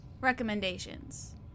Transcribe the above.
recommendations